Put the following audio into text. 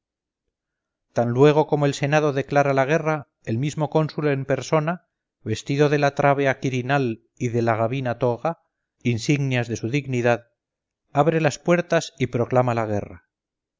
tan luego como el senado declara la guerra el mismo cónsul en persona vestido de la trábea quirinal y de la gabina toga insignias de su dignidad abre las puertas y proclama la guerra